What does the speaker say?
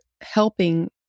helping